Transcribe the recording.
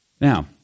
Now